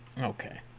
Okay